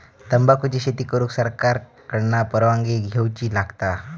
तंबाखुची शेती करुक सरकार कडना परवानगी घेवची लागता